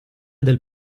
del